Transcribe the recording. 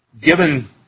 given